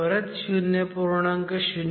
परत 0